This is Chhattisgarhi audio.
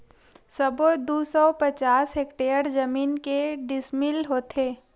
सबो दू सौ पचास हेक्टेयर जमीन के डिसमिल होथे?